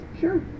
sure